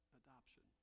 adoption